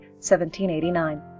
1789